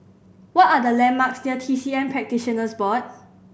what are the landmarks near T C M Practitioners Board